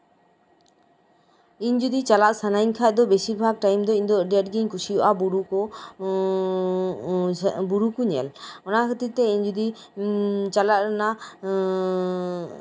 ᱤᱧ ᱡᱚᱫᱤ ᱪᱟᱞᱟᱜ ᱥᱟᱱᱟᱧ ᱠᱷᱟᱡ ᱫᱚ ᱵᱮᱥᱤᱨ ᱵᱷᱟᱜ ᱴᱟᱭᱤᱢ ᱫᱚ ᱤᱧ ᱫᱚ ᱟᱹᱰᱤ ᱟᱸᱴ ᱜᱤᱧ ᱠᱩᱥᱤᱭᱟᱜᱼᱟ ᱵᱩᱨᱩ ᱠᱚ ᱧᱮᱞ ᱚᱱᱟ ᱠᱷᱟᱹᱛᱤᱨᱛᱮ ᱤᱧ ᱡᱚᱫᱤ ᱪᱟᱞᱟᱜ ᱨᱮᱱᱟᱜ ᱮᱜ